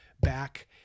back